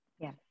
Yes